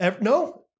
No